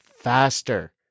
faster